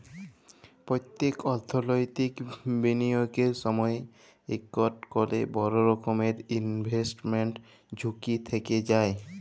প্যত্তেক অথ্থলৈতিক বিলিয়গের সময়ই ইকট ক্যরে বড় রকমের ইলভেস্টমেল্ট ঝুঁকি থ্যাইকে যায়